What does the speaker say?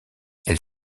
elle